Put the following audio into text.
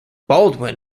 baldwin